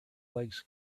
legs